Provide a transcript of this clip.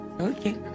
Okay